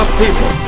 people